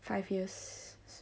five years